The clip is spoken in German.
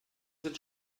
sind